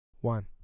One